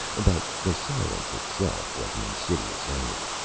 but the silence, itself, was an insidious enemy.